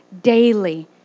daily